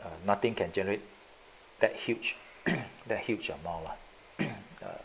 uh nothing can generate that huge the huge amount lah uh